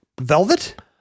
Velvet